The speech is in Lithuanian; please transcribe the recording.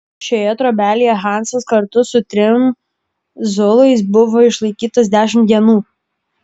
šioje trobelėje hansas kartu su trim zulais buvo išlaikytas dešimt dienų